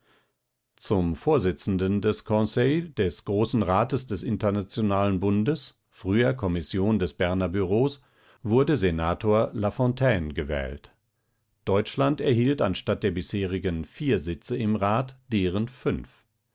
zum vorsitzenden des conseil des großen rates des internationalen bundes früher kommission des berner bureaus wurde senator la fontaine gewählt deutschland erhielt anstatt der bisherigen vier sitze im rat deren fünf